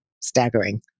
staggering